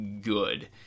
good